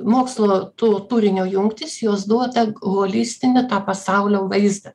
mokslo tu turinio jungtys jos duoda holistinį tą pasaulio vaizdą